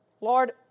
Lord